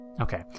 Okay